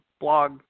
blog